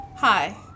Hi